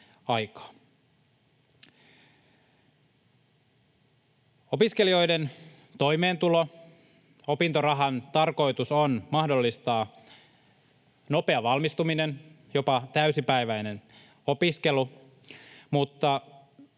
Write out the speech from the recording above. Opiskelijoiden toimeentulo. Opintorahan tarkoitus on mahdollistaa nopea valmistuminen, jopa täysipäiväinen opiskelu, mutta